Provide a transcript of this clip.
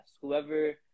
whoever